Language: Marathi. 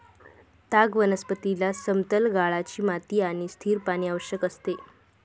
ताग वनस्पतीला समतल गाळाची माती आणि स्थिर पाणी आवश्यक असते